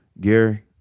Gary